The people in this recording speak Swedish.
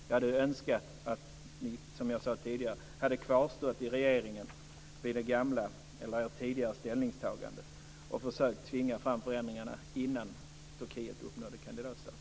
Jag hade önskat att regeringen hade kvarstått vid det tidigare ställningstagandet och försökt tvinga fram förändringarna innan Turkiet hade uppnått status som kandidatland.